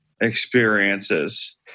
experiences